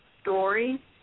story